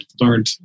learned